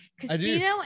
Casino